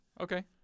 Okay